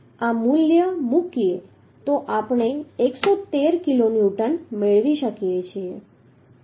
હવે જો આપણે આ મૂલ્ય મૂકીએ તો આપણે 113 કિલોન્યુટન મેળવી શકીએ